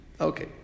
okay